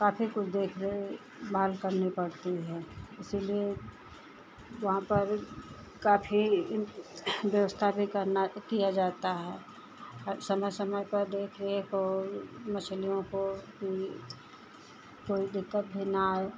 काफ़ी कुछ देख रे भाल करनी पड़ती है इसीलिए वहाँ पर काफ़ी व्यवस्था भी करनी की जाती है समय समय पर देखरेख मछलियों को कोई कोई दिक्कत भी न आए